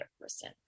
person